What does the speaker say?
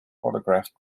photographed